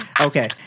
Okay